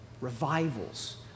Revivals